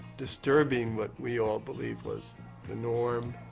disturbing what we all believed was the norm.